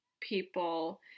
people